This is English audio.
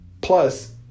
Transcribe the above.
Plus